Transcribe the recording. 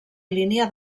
línia